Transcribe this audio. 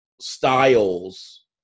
styles